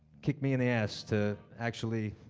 kicked me in the ass to actually